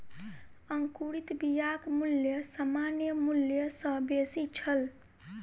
अंकुरित बियाक मूल्य सामान्य मूल्य सॅ बेसी छल